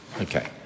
Okay